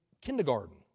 kindergarten